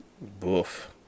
Boof